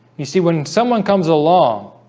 you see when someone comes along